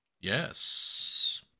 Yes